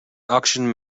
oxygen